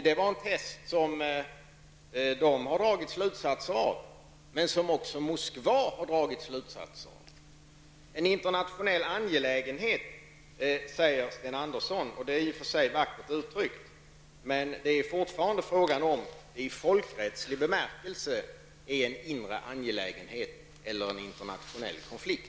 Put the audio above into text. Det var en test, som de har dragit slutsatser av men som också Moskva har dragit slutsatser av. Det är en internationell angelägenhet, säger Sten Andersson. Det är i och för sig vackert uttryckt, men det är fortfarande frågan om huruvida det i folkrättslig bemärkelse är en inre angelägenhet eller en internationell konflikt.